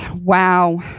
Wow